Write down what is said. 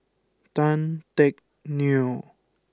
Tan Teck Neo